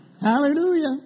Hallelujah